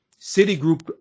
Citigroup